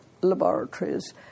laboratories